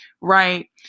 right